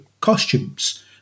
costumes